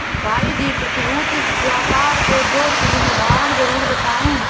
भाई जी प्रतिभूति व्यापार के दो तीन उदाहरण जरूर बताएं?